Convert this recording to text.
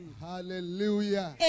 Hallelujah